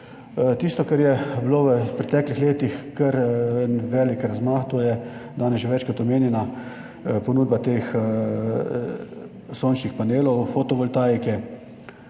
Tisto, kar je bilo v preteklih letih kar en velik razmah, to je danes že večkrat omenjena ponudba teh sončnih panelov, fotovoltaike,